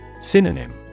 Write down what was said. Synonym